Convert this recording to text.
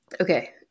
okay